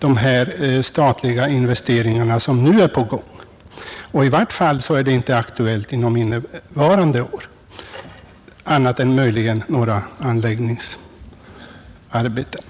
I vart fall är det inte under innevarande år aktuellt med annat än möjligen några anläggningsarbeten.